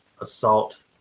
Assault